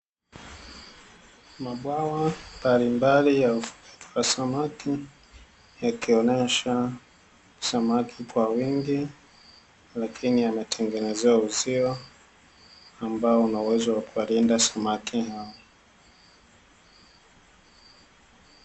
Mabwawa mbalimbali ya ufugaji wa samaki, yakionesha samaki kwa wingi, lakini yametengenezewa uzio ambao unauwezo wakuwalinda samaki hao.